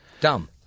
Dumb